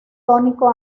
tónico